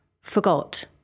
forgot